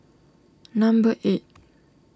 number eight